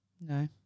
No